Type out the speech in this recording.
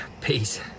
Peace